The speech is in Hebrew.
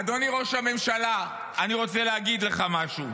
אדוני ראש הממשלה, אני רוצה להגיד לך משהו.